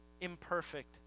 imperfect